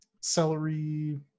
celery